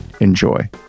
Enjoy